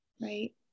Right